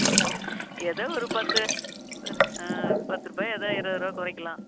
ஏதோ ஒரு பத்து ஆ பத்து ரூபாயா ஏதோ இருபது ரூவா குறைக்கிலாம்